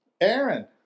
Aaron